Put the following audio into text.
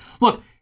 look